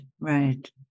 Right